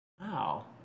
wow